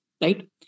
right